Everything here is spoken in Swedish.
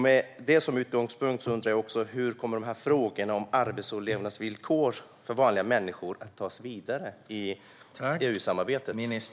Med det som utgångspunkt undrar jag hur frågorna om arbets och levnadsvillkor för vanliga människor kommer att tas vidare i EU-samarbetet.